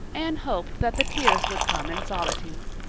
anne hoped that the tears would come in solitude.